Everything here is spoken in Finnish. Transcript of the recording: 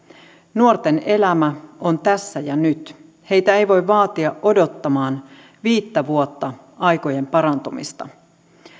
nuorten elämä on tässä ja nyt heitä ei voi vaatia odottamaan viittä vuotta aikojen parantumista